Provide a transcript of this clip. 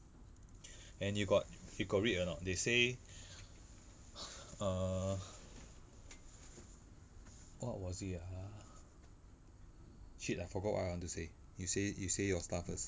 and you got you got read or not they say uh what was it ah shit I forgot what I want to say you say you say your stuff first